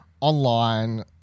online